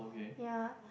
ya